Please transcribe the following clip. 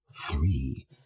three